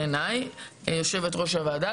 בעיניי יו"ר הוועדה,